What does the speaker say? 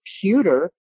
computer